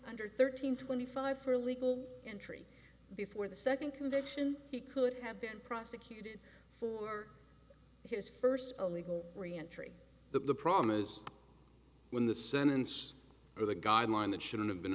under thirteen twenty five for illegal entry before the second conviction he could have been prosecuted for his first illegal re entry but the problem is when the sentence or the guideline that should've been